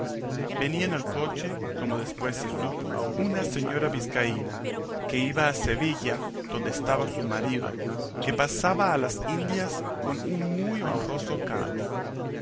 en el coche como después se supo una señora vizcaína que iba a sevilla donde estaba su marido que pasaba a las indias con un muy honroso cargo